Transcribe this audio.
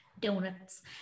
Donuts